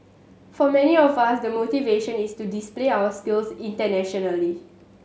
for many of us the motivation is to display our skills internationally